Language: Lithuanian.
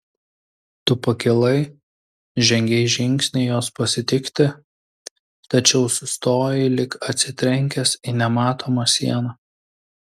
tu pakilai žengei žingsnį jos pasitikti tačiau sustojai lyg atsitrenkęs į nematomą sieną